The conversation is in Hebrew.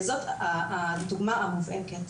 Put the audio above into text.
וזאת הדוגמה המובהקת.